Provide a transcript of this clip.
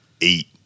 eight